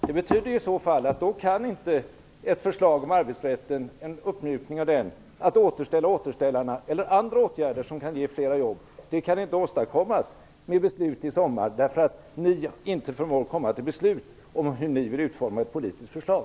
Det betyder i så fall att ett förslag om uppmjukning av arbetsrätten, om att återställa återställarna eller om andra åtgärder som kan ge fler jobb inte kan åstadkommas med beslut i sommar, eftersom ni inte förmår komma till beslut om hur ni vill utforma ett politiskt förslag.